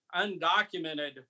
undocumented